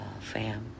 fam